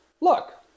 look